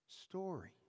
story